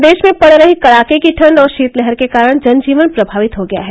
प्रदेश में पड़ रही कड़ाके की ठंड और शीतलहर के कारण जन जीवन प्रभावित हो गया है